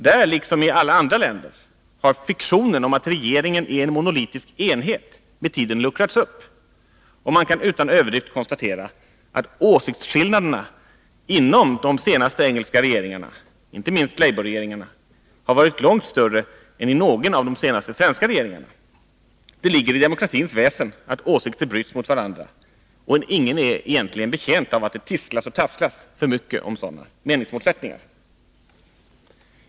Där liksom i alla andra länder har fiktionen om att regeringen är en monolitisk enhet med tiden luckrats upp. Man kan utan överdrift konstatera att åsiktsskillnaderna inom de senaste engelska regeringarna — inte minst labourregeringarna — har varit långt större än i någon av de senaste svenska regeringarna. Det ligger i demokratins väsen att åsikter bryts mot varandra, och ingen är egentligen betjänt av att det tisslas och tasslas för mycket om sådana meningsmotsättningar.